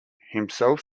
himself